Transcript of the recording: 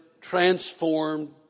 transformed